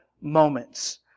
moments